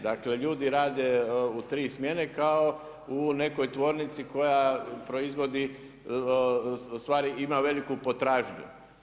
Dakle ljudi rade u tri smjene kao u nekoj tvornici koja proizvodi, ustvari ima veliku potražnju.